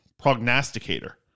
prognosticator